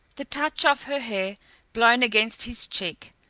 the touch of her hair blown against his cheek,